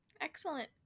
excellent